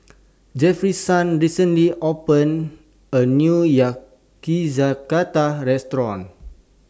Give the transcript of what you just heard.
Jefferson recently opened A New Yakizakana Restaurant